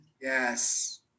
Yes